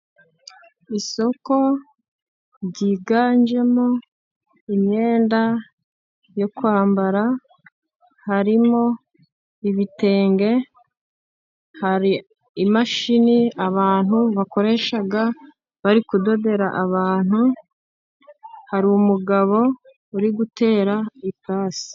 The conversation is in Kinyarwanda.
Isoko ryiganjemo imyenda yo kwambara, harimo ibitenge, hari imashini abantu bakoresha bari kudodera abantu, hari umugabo uri gutera ipasi.